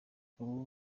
ubu